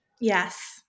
Yes